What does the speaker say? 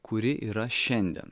kuri yra šiandien